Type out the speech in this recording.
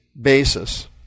basis